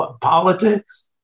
politics